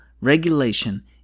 regulation